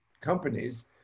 companies